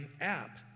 app